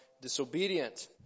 disobedient